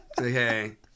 Okay